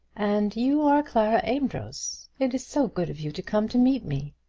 and you are clara amedroz? it is so good of you to come to meet me!